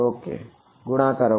વડે ગુણાકાર કરો